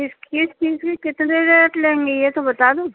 کسکیس چیس کی کتنے د ریٹ لیں گی یہ تو بتا دو